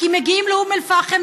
כי מגיעים לאום אל-פחם,